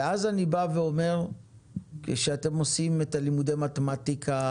אז אני בא ואומר שאתם עושים את לימודי המתמטיקה,